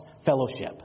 fellowship